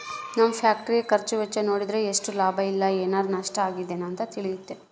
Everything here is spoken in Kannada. ನಮ್ಮ ಫ್ಯಾಕ್ಟರಿಯ ಖರ್ಚು ವೆಚ್ಚ ನೋಡಿದ್ರೆ ಎಷ್ಟು ಲಾಭ ಇಲ್ಲ ಏನಾರಾ ನಷ್ಟ ಆಗಿದೆನ ಅಂತ ತಿಳಿತತೆ